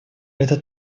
это